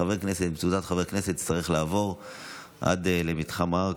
חבר כנסת עם תעודת חבר כנסת צריך לעבור עד למתחם ההר,